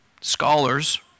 scholars